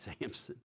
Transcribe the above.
Samson